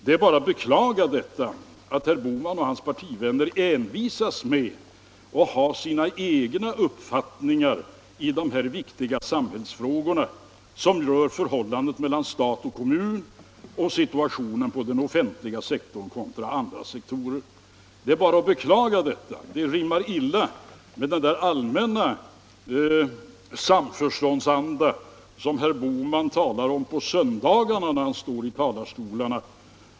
Det är bara att beklaga att herr Bohman och hans partivänner envisas med att ha sina egna uppfattningar i dessa viktiga samhällsfrågor och vill skapa ett motsatsförhållande mellan stat och kommun, mellan situationen på den offentliga sektorn och på andra sektorer. Det är bara att beklaga detta. Det rimmar illa med den allmänna samförståndsanda som herr Bohman talar om när han på söndagarna står i talarstolarna.